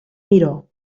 miró